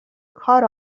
کار